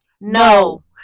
No